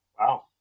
Wow